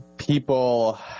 People